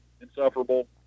insufferable